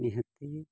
ᱱᱤᱦᱟᱹᱛᱤ ᱜᱮ